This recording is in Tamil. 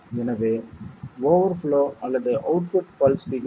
எனவே ஓவர்ஃப்ளோ அல்லது அவுட்புட் பல்ஸ் விகிதம் f × X 2ⁿ